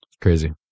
Crazy